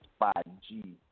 5G